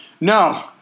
No